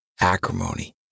acrimony